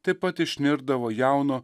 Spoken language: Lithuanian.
taip pat išnirdavo jauno